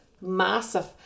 massive